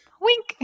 Wink